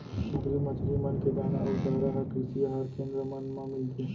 कुकरी, मछरी मन के दाना अउ चारा हर कृषि अहार केन्द्र मन मा मिलथे